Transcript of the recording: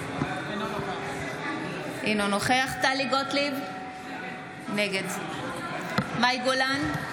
אינו נוכח טלי גוטליב, נגד מאי גולן,